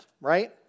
right